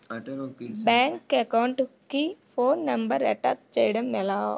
Bank account కి phone number attach చేయడం ఎలా?